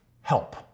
help